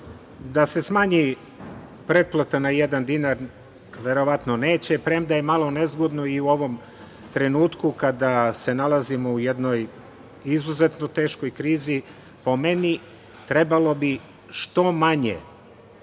Da se smanji pretplata na jedan dinar, verovatno neće, premda je malo nezgodno i u ovom trenutno kada se nalazimo u jednoj izuzetnoj teškoj krizi. Po meni trebalo bi što manje